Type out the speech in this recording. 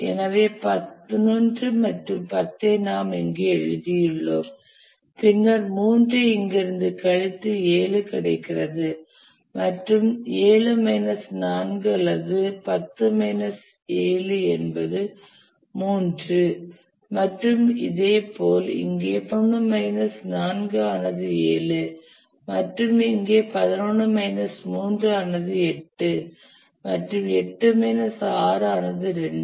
எனவே 11 மற்றும் 10 ஐ நாம் இங்கு எழுதியுள்ளோம் பின்னர் 3 ஐ இங்கிருந்து கழித்து 7 கிடைக்கிறது மற்றும் 7 மைனஸ் 4 அல்லது 10 மைனஸ் 7 என்பது 3 மற்றும் இதேபோல் இங்கே 11 மைனஸ் 4 ஆனது 7 மற்றும் இங்கே 11 மைனஸ் 3 ஆனது 8 மற்றும் 8 மைனஸ் 6 ஆனது 2